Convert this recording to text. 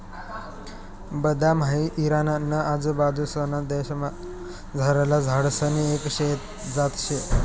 बदाम हाई इराणा ना आजूबाजूंसना देशमझारला झाडसनी एक जात शे